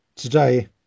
Today